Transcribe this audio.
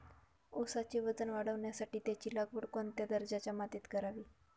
ऊसाचे वजन वाढवण्यासाठी त्याची लागवड कोणत्या दर्जाच्या मातीत करावी?